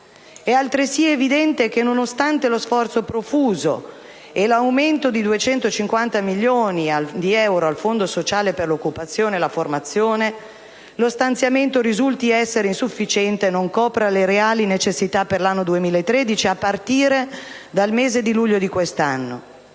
È altresì evidente che, nonostante lo sforzo profuso e l'aumento di 250 milioni di euro al Fondo sociale per l'occupazione e la formazione, lo stanziamento risulti essere insufficiente e non copra le reali necessità per l'anno 2013, a partire dal mese di luglio di quest'anno.